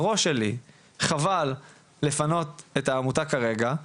בראש שלי, חבל לפנות את העמותה כרגע,